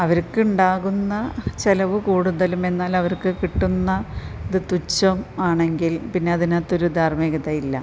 അവർക്കുണ്ടാകുന്ന ചിലവ് കൂടുതലും എന്നാൽ അവർക്ക് കിട്ടുന്ന ഇത് തുച്ഛം ആണെങ്കിൽ പിന്നെ അതിനകത്തൊരു ധാർമികതയില്ല